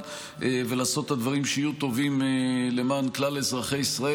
ולעשות את הדברים שיהיו טובים למען כלל ישראל,